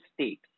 state